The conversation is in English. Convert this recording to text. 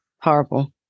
Horrible